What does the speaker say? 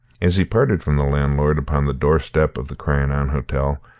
as he parted from the landlord upon the doorstep of the crianan hotel,